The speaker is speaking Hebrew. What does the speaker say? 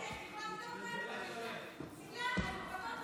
העיקר שאתה מאמין לעצמך.